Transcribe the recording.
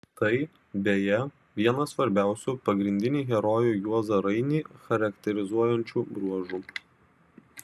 tai beje vienas svarbiausių pagrindinį herojų juozą rainį charakterizuojančių bruožų